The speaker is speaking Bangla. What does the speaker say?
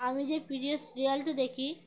আমি যে প্রিয় সিরিয়ালটা দেখি